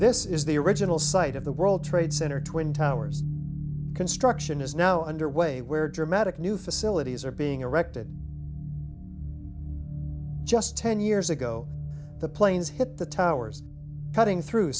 this is the original site of the world trade center twin towers construction is now underway where dramatic new facilities are being erected just ten years ago the planes hit the towers cutting through